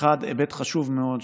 היבט חשוב מאוד,